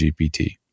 GPT